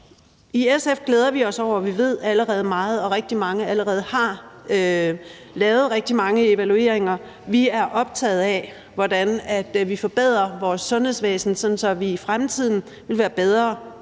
I SF glæder vi os over, at vi allerede ved meget, og at rigtig mange allerede har lavet rigtig mange evalueringer. Vi er optaget af, hvordan vi forbedrer vores sundhedsvæsen, sådan at vi i fremtiden vil være bedre